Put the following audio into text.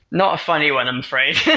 not a funny one i'm afraid,